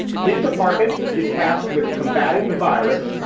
his department is tasked with combating the virus.